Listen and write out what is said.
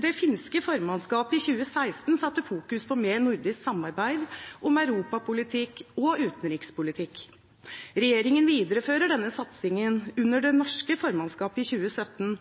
Det finske formannskapet i 2016 fokuserte på mer nordisk samarbeid om Europa-politikk og utenrikspolitikk. Regjeringen viderefører denne satsingen under det norske formannskapet i 2017